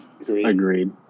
agreed